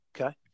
Okay